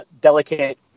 delicate